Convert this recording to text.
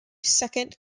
second